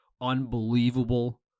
unbelievable